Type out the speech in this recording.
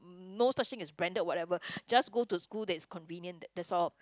no such thing as branded or whatever just go to school that's convenient that that's all